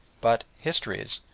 but histories,